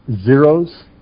zeros